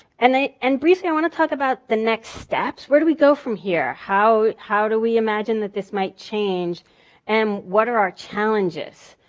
and and briefly, i want to talk about the next steps. where do we go from here? how how do we imagine that this might change and what are our challenges?